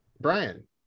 Brian